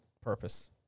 purpose